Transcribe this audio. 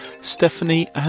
Stephanie